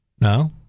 No